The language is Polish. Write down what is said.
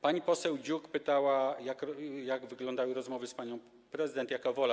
Pani poseł Dziuk pytała, jak wyglądały rozmowy z panią prezydent, jaka wola.